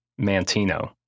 Mantino